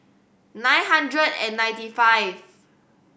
nine hundred and ninety five